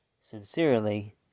Sincerely